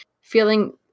feeling